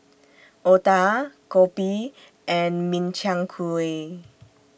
Otah Kopi and Min Chiang Kueh